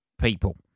people